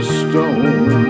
stone